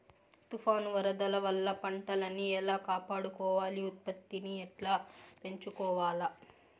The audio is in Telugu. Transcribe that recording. తుఫాను, వరదల వల్ల పంటలని ఎలా కాపాడుకోవాలి, ఉత్పత్తిని ఎట్లా పెంచుకోవాల?